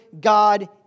God